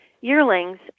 yearlings